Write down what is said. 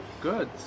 Good